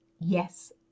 Yes